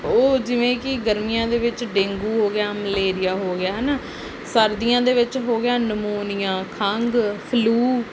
ਉਹ ਜਿਵੇਂ ਕਿ ਗਰਮੀਆਂ ਦੇ ਵਿੱਚ ਡੇਂਗੂ ਹੋ ਗਿਆ ਮਲੇਰੀਆ ਹੋ ਗਿਆ ਹੈ ਨਾ ਸਰਦੀਆਂ ਦੇ ਵਿੱਚ ਹੋ ਗਿਆ ਨਮੂਨੀਆ ਖੰਗ ਫਲੂ